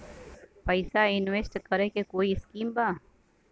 पैसा इंवेस्ट करे के कोई स्कीम बा?